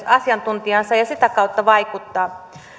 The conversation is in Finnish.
asiantuntijansa ja sitä kautta vaikuttaa